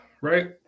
Right